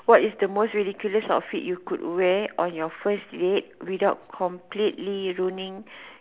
what is the most ridiculous outfit you could wear on your first date without completely ruining